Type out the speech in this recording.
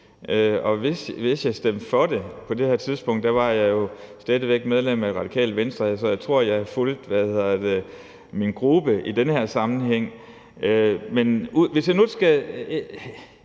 Hvis jeg stemte for det på det tidspunkt, hvor jeg jo stadig væk var medlem af Radikale Venstre, så tror jeg, at jeg fulgte min gruppe i den her sammenhæng. Men hvis jeg nu skal